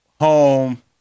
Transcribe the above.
home